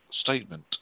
statement